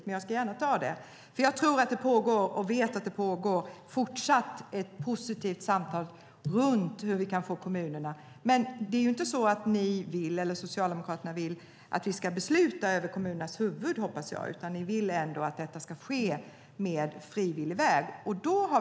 Men jag ska gärna ta det, för jag vet att det pågår ett positivt samtal om kommunerna. Jag hoppas att Socialdemokraterna inte vill att vi ska besluta över kommunernas huvud utan att ni vill att det ska ske på frivillig väg.